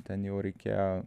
ten jau reikėjo